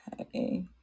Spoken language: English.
Okay